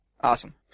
Awesome